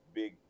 big